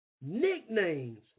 nicknames